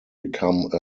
become